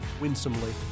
winsomely